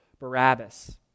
Barabbas